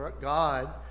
God